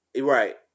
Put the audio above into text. Right